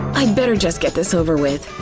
i'd better just get this over with.